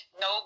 no